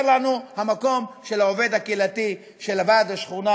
לנו המקום של העובד הקהילתי של ועד השכונה,